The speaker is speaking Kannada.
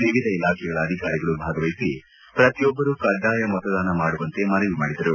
ವಿವಿಧ ಇಲಾಖೆಗಳ ಅಧಿಕಾರಿಗಳು ಭಾಗವಹಿಸಿ ಪ್ರತಿಯೊಬ್ಬರು ಕಡ್ಡಾಯ ಮತದಾನ ಮಾಡುವಂತೆ ಮನವಿ ಮಾಡಿದರು